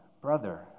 brother